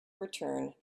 return